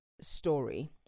story